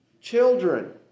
children